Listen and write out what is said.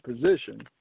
position